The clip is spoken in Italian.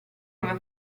come